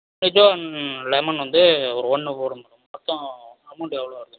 லிஜோன் lemon வந்து ஒரு ஒன்று போதும் மேடம் மொத்தம் அமௌன்ட் எவ்வளோ வருது மேடம்